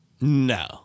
No